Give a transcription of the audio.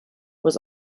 was